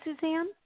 Suzanne